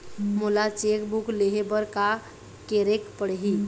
मोला cheque book लेहे बर का केरेक पढ़ही?